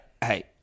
hey